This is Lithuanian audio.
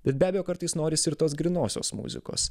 bet be abejo kartais norisi ir tos grynosios muzikos